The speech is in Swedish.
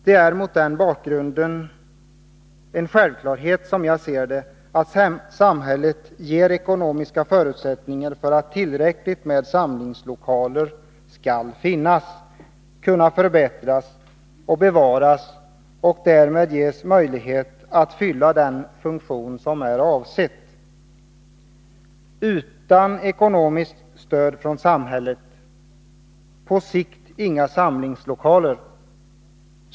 Det är mot bakgrund härav en självklarhet, som jag ser det, att samhället ger ekonomiska förutsättningar för att tillräckligt med samlingslokaler skall finnas, kunna förbättras och bevaras och därmed ges möjlighet att fylla den funktion som är avsedd. Utan ekonomiskt stöd från samhället får vi på sikt inga samlingslokaler.